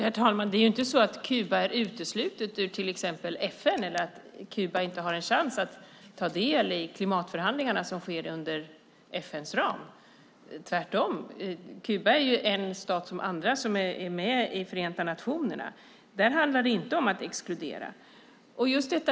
Herr talman! Det är ju inte så att Kuba är uteslutet ur till exempel FN eller att Kuba inte har en chans att ta del i de klimatförhandlingar som sker inom FN:s ram. Tvärtom - Kuba är en stat som andra som är med i Förenta nationerna. Där handlar det inte om att exkludera.